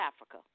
Africa